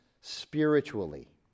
spiritually